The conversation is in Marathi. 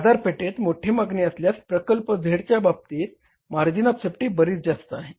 बाजारपेठेत मोठी मागणी असल्यास प्रकल्प Z च्या बाबतीत मार्जिन ऑफ सेफ्टी बरीच जास्त आहे